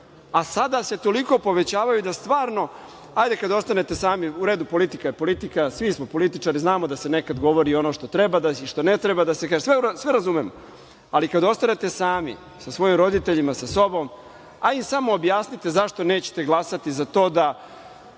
a sada se toliko povećavaju da stvarno…Ajde kad ostanete sami, u redu politika je politika, svi smo političari, znamo da se nekad govori ono što treba i što ne treba da se kaže, sve razumem, ali kad ostanete sami sa svojim roditeljima, sa sobom, ajde samo objasnite zašto nećete glasati za to da